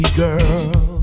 girl